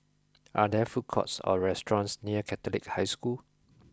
are there food courts or restaurants near Catholic High School